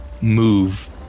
move